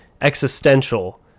existential